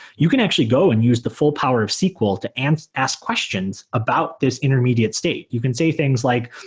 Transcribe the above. you can actually go and use the full power of sql to and ask questions about this intermediate state. you can say things like,